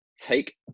take